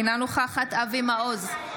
אינה נוכחת אבי מעוז,